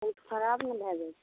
ओ खराब ने भए जाइ छै